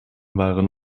waren